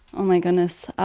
oh, my goodness